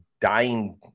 dying